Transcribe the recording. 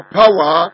power